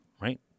right